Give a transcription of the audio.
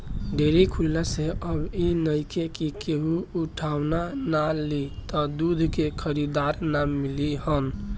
dairy खुलला से अब इ नइखे कि केहू उठवाना ना लि त दूध के खरीदार ना मिली हन